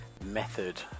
method